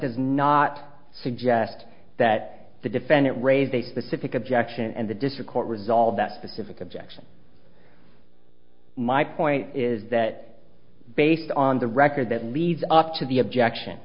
does not suggest that the defendant raised a specific objection and the district court resolved that specific objection my point is that based on the record that leads up to the objection